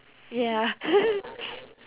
ya